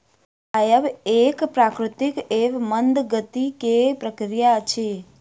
अंकुरायब एक प्राकृतिक एवं मंद गतिक प्रक्रिया अछि